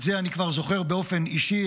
את זה אני כבר זוכר באופן אישי,